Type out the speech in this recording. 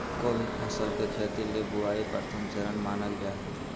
कोय भी फसल के खेती ले बुआई प्रथम चरण मानल जा हय